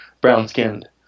brown-skinned